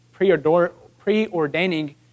preordaining